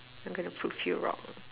I'm gonna prove you wrong